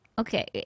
Okay